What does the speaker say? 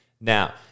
Now